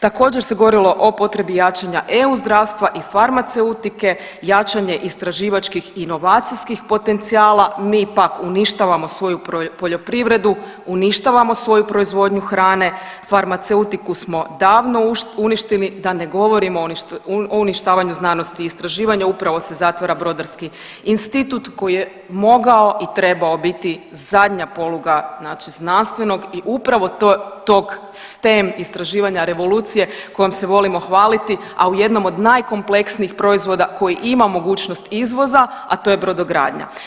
Također se govorilo o potrebi jačanja EU zdravstva i farmaceutike, jačanje istraživačkih inovacijskih potencijala, mi pak uništavamo svoju poljoprivredu, uništavamo svoju proizvodnju hrane, farmaceutiku smo davno uništili, da ne govorimo o uništavanju znanosti i istraživanja, upravo se zatvara Brodarski institut koji je mogao i trebao biti zadnja poluga znači znanstvenog i upravo tog steam istraživanja revolucije kojom se volimo hvaliti, a u jednom od najkompleksnijih proizvoda koji ima mogućnost izvoza, a to je brodogradnja.